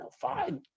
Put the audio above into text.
five